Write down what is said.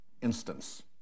instance